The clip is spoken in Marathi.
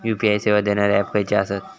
यू.पी.आय सेवा देणारे ऍप खयचे आसत?